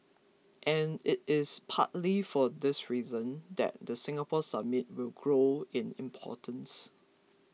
and it is partly for this reason that the Singapore Summit will grow in importance